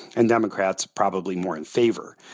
and democrats probably more in favor.